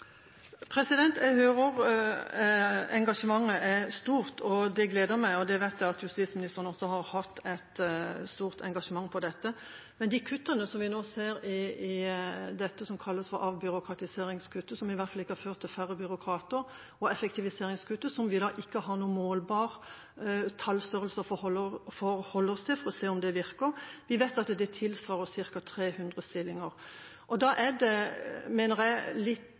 Jeg hører at engasjementet er stort, og det gleder meg. Jeg vet at justisministeren også har hatt et stort engasjement i dette. De kuttene vi nå ser – dette som kalles for avbyråkratiseringskuttet, som i hvert fall ikke har ført til færre byråkrater, og effektiviseringskuttet, som vi ikke har noen målbar tallstørrelse å forholde oss til for å se om virker – vet vi tilsvarer ca. 300 stillinger. Da er det, mener jeg, litt